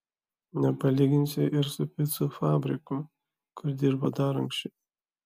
nepalyginsi ir su picų fabriku kur dirbo dar anksčiau